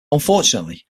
unfortunately